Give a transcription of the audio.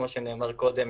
כמו שנאמר קודם,